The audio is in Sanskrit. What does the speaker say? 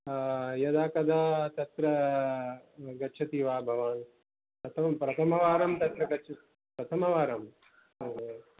यदा कदा तत्र गच्छति वा भवान् प्रतमं प्रथमवारं गच् प्रथमवारम् ओ हो